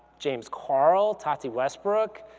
james charles, tati westbrook,